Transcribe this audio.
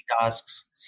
tasks